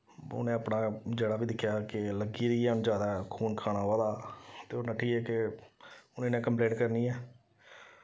उ'नें अपना जेह्ड़ा बी दिक्खेआ कि लग्गी दी ऐ हून जैदा खून खान आवा दा ते ओह् नट्ठी गे के हून इनें कंपलेंट करनी ऐ